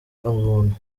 ubuntu